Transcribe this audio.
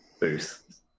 booth